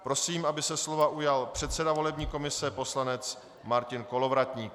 Prosím, aby se slova ujal předseda volební komise poslanec Martin Kolovratník.